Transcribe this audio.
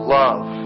love